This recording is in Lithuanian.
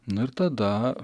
nu ir tada